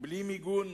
בלי מיגון